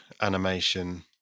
animation